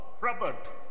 Robert